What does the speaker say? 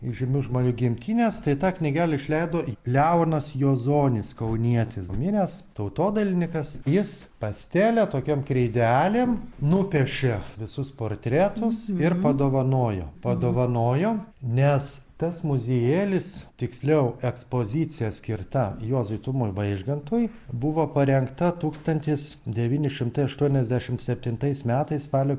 įžymių žmonių gimtinės tai ta knygelę išleido leonas juozonis kaunietis miręs tautodailininkas jis pastele tokiom kreidelėm nupiešė visus portretus ir padovanojo padovanojo nes tas muziejėlis tiksliau ekspozicija skirta juozui tumui vaižgantui buvo parengta tūkstantis devyni šimtai aštuoniasdešimt septintais metais spalio